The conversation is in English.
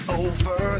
over